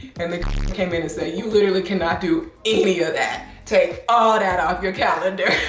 and they came in and said you literally cannot do any of that. take all that off your calendar.